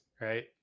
right